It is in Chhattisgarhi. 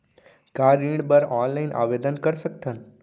का ऋण बर ऑनलाइन आवेदन कर सकथन?